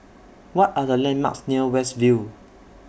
What Are The landmarks near West View